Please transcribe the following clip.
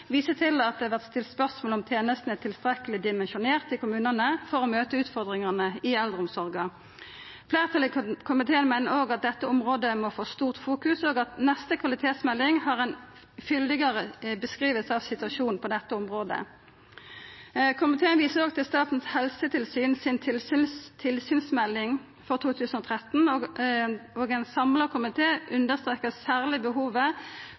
viser til at det vert stilt spørsmål om tenestene er tilstrekkeleg dimensjonerte i kommunane for å møta utfordringane i eldreomsorga. Fleirtalet i komiteen meiner òg at dette området må få stor merksemd, og ber om at neste kvalitetsmelding gir ei fyldigare beskriving av situasjonen på dette området. Komiteen viser også til Statens helsetilsyn si tilsynsmelding for 2013, og ein samla komité understrekar særleg behovet